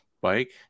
bike